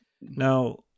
Now